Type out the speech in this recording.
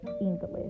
English